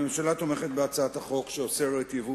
הממשלה תומכת בהצעת החוק שאוסרת ייבוא